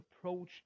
approach